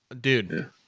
dude